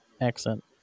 accent